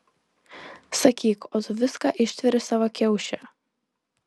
sakyk o tu viską ištveri savo kiauše